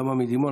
כמה מדימונה,